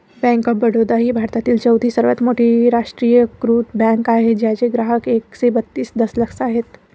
bank of Baroda ही भारतातील चौथी सर्वात मोठी राष्ट्रीयीकृत बँक आहे ज्याचे ग्राहक एकशे बत्तीस दशलक्ष आहेत